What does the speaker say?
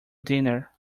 dinner